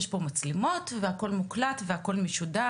יש פה מצלמות והכל מוקלט והכל משודר,